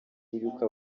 y’uko